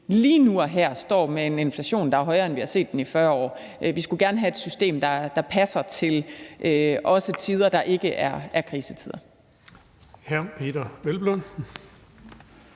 lige nu og her står med en inflation, der er højere, end vi har set i 40 år. Vi skulle gerne have et system, der også passer til tider, der ikke er krisetider.